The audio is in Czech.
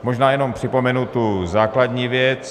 Možná jenom připomenu tu základní věc.